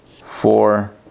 four